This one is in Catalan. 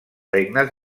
regnes